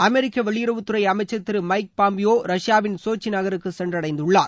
அமெரிக்க வெளியுறவுத்துறை அமைச்சர் Thiru Mike Pompeo ரஷ்யாவின் சோச்சி நகருக்கு சென்றடைந்துள்ளார்